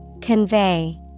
Convey